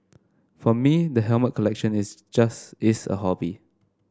for me the helmet collection is just is a hobby